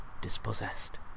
dispossessed